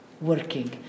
working